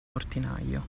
portinaio